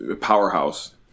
Powerhouse